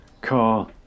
car